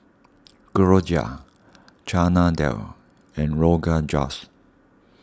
Gyoza Chana Dal and Rogan Josh